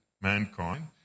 mankind